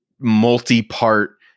multi-part